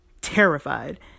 terrified